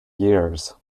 years